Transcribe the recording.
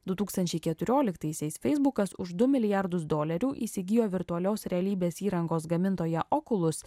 du tūkstančiai keturioliktaisiais feisbukas už du milijardus dolerių įsigijo virtualios realybės įrangos gamintoją okulus